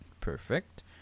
Perfect